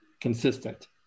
consistent